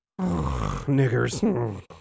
Niggers